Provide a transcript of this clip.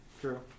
True